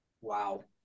Wow